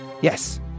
Yes